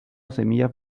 semillas